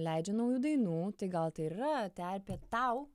leidžia naujų dainų tai gal tai ir yra terpė tau